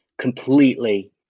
completely